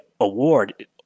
award